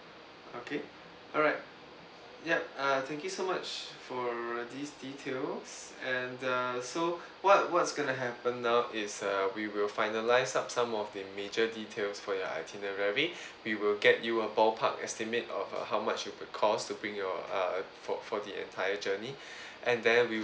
okay alright ya uh thank you so much for these details and uh so what what's going to happen now is uh we will finalise up some of the major details for your itinerary we will get you a ball park estimate of uh how much will be cost to bring your uh for for the entire journey and then we